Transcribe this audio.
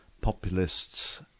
populists